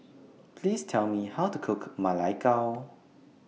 Please Tell Me How to Cook Ma Lai Gao